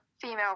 female